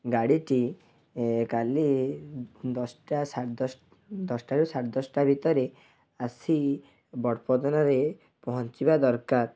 ଗାଡ଼ିଟି କାଲି ଦଶଟା ସାଢ଼େ ଦଶଟା ଦଶ ଟାରୁ ସାଢ଼େ ଦଶଟା ଭିତରେ ଆସି ବଡ଼ପଦନାରେ ପହଞ୍ଚିବା ଦରକାର